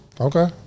Okay